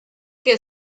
que